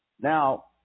Now